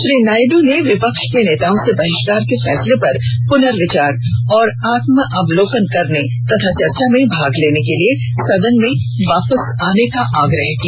श्री नायडू ने विपक्ष के नेताओं से बहिष्कार के फैसले पर पुनर्विचार और आत्मोलोकन करने तथा चर्चा में भाग लेने के लिए सदन में वापस आने का आग्रह किया